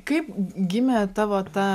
kaip gimė tavo ta